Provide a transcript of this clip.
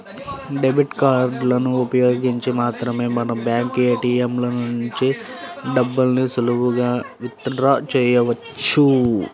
debit కార్డులను ఉపయోగించి మాత్రమే మనం బ్యాంకు ఏ.టీ.యం ల నుంచి డబ్బుల్ని సులువుగా విత్ డ్రా చెయ్యొచ్చు